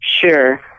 Sure